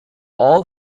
all